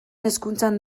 hezkuntzan